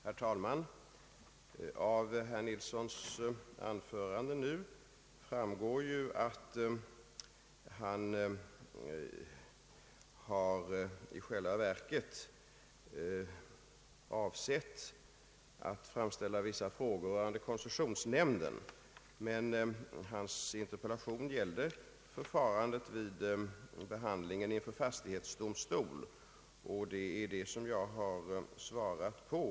Herr talman! Av herr Nils Nilssons anförande nu framgår att han i själva verket har avsett att framställa vissa frågor angående koncessionsnämnden. Men hans interpellation gällde ju förfarandet vid behandling inför fastighetsdomstol, och det är frågorna i interpellationen som jag har svarat på.